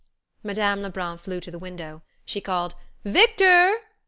madame lebrun flew to the window. she called victor!